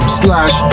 slash